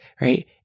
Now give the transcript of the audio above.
right